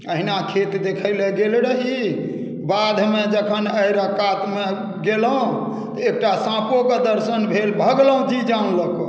एहिना खेत देखैले गेल रही बाधमे जखन आइरक कातमे गेलहुँ तऽ एकटा साँपोके दर्शन भेल भगलहुँ जी जान लऽ कऽ